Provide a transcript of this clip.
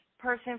person